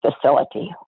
facility